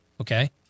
okay